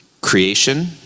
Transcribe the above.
creation